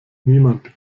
niemand